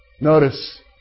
Notice